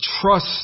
trust